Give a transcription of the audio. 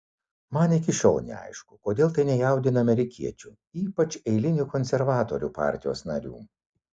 man iki šiol neaišku kodėl tai nejaudina amerikiečių ypač eilinių konservatorių partijos narių